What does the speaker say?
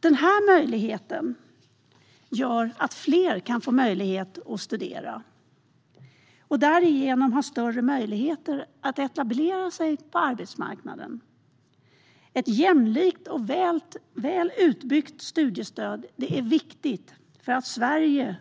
Detta gör att fler kan få förutsättningar att studera och därigenom få större möjligheter att etablera sig på arbetsmarknaden. Ett jämlikt och väl utbyggt studiestöd är viktigt för Sverige